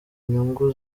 inyungu